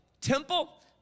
temple